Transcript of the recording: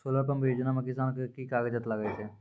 Solar pump योजना म किसान के की कागजात लागै छै?